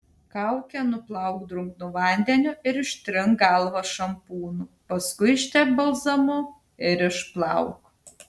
kaukę nuplauk drungnu vandeniu ir ištrink galvą šampūnu paskui ištepk balzamu ir išplauk